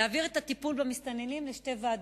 להעביר את הטיפול במסתננים לשתי ועדות: